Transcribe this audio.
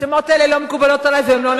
זו לא האשמה,